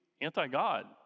anti-God